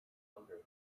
hunger